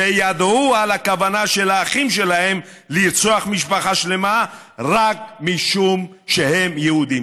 שידעו על הכוונה של אחיהם לרצוח משפחה שלמה רק משום שהם יהודים.